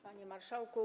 Panie Marszałku!